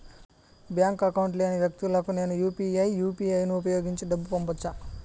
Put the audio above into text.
Bank account లేని వ్యక్తులకు నేను యు పి ఐ యు.పి.ఐ ను ఉపయోగించి డబ్బు పంపొచ్చా?